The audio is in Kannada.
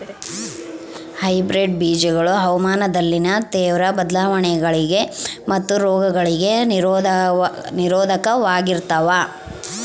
ಹೈಬ್ರಿಡ್ ಬೇಜಗಳು ಹವಾಮಾನದಲ್ಲಿನ ತೇವ್ರ ಬದಲಾವಣೆಗಳಿಗೆ ಮತ್ತು ರೋಗಗಳಿಗೆ ನಿರೋಧಕವಾಗಿರ್ತವ